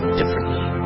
differently